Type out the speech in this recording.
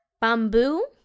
bamboo